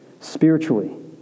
spiritually